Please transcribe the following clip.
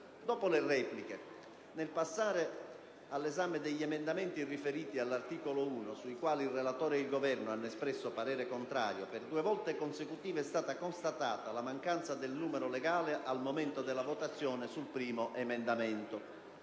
Dopo le repliche, nel passare all'esame degli emendamenti riferiti all'articolo 1, sui quali il relatore e il Governo hanno espresso parere contrario, per due volte consecutive è stata constatata la mancanza del numero legale al momento della votazione sul primo emendamento.